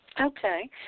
Okay